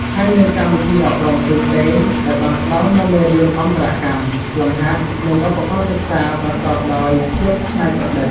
ហើយនិងកម្មវិធីអប់រំផ្សេងៗ ដែលបានផ្តល់នូវមេរៀនអន្តរកម្ម លំហាត់ និងឧបករណ៍សិក្សាប្រកបដោយភាពច្នៃប្រឌិត។